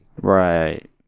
Right